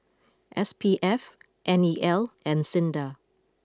S P F N E L and Sinda